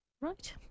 right